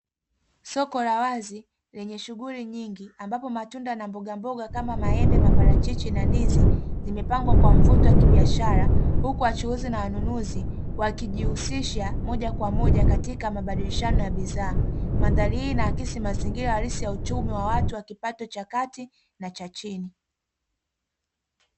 Soko la wazi lenye shughuli nyingi, ambapo matunda na mboga mboga kama maembe, maparachichi na ndizi zimepangwa kwa mvuto wa kibiashara, huku wachuuzi na wanunuzi wakijihusisha moja kwa moja katika mabadilishano ya bidhaa. Mandhari hii inaakisi mazingira halisi ya uchumi wa watu wa kipato cha kati na cha chini.